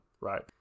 right